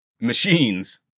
machines